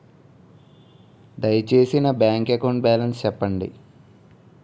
దయచేసి నా bank account balance చెప్పండి